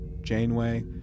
Janeway